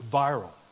viral